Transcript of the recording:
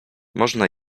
można